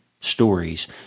stories